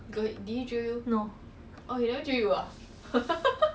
no you hear wrongly lah